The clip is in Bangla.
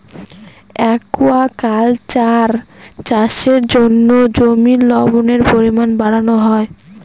একুয়াকালচার চাষের জন্য জমির লবণের পরিমান বাড়ানো হয়